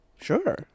sure